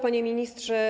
Panie Ministrze!